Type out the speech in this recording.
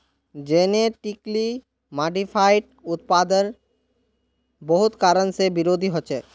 genetically modified उत्पादेर बहुत कारण से विरोधो होछे